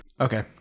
Okay